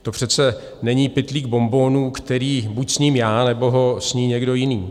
To přece není pytlík bonbonů, který buď sním já, nebo ho sní někdo jiný.